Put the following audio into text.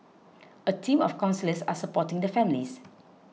a team of counsellors are supporting the families